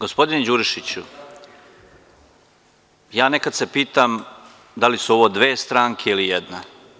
Gospodine Đurišiću, ja nekad se pitam da li su ovo dve stranke ili jedna?